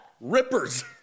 Rippers